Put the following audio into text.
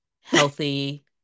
Healthy